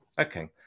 Okay